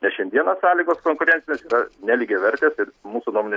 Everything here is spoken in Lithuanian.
nes šiandieną sąlygos konkurencinės nelygiavertės ir mūsų nuomone